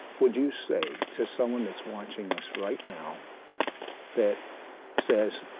would you say to someone that's watching us right now that says,